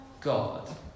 God